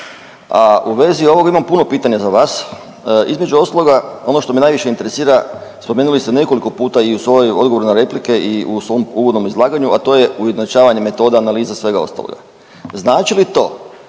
u vezi ovoga imam puno pitanja za vas, između ostaloga ono što me najviše interesira, spomenuli ste nekoliko puta i u svojoj odgovoru na replike i u svom uvodnom izlaganju, a to je ujednačavanje metoda, analiza svega ostaloga. Znači li to,